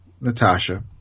Natasha